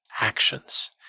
actions